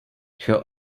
her